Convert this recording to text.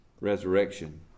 resurrection